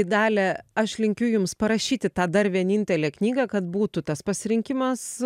dalia aš linkiu jums parašyti tą dar vienintelę knygą kad būtų tas pasirinkimas